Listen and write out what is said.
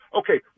okay